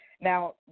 Now